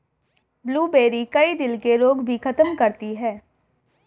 blueberry, कई दिल के रोग भी खत्म करती है